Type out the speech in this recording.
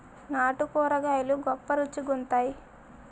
నాటు కూరగాయలు గొప్ప రుచి గుంత్తై